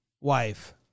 wife